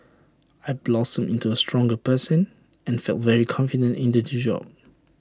I blossomed into A stronger person and felt very confident in the G job